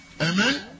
Amen